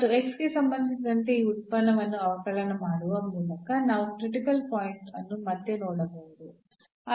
ಮತ್ತು ಗೆ ಸಂಬಂಧಿಸಿದಂತೆ ಈ ಉತ್ಪನ್ನವನ್ನು ಅವಕಲನ ಮಾಡುವ ಮೂಲಕ ನಾವು ಕ್ರಿಟಿಕಲ್ ಪಾಯಿಂಟ್ ಅನ್ನು ಮತ್ತೆ ನೋಡಬಹುದು